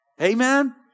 Amen